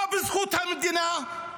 לא בזכות המדינה,